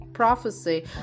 prophecy